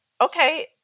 okay